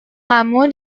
kamu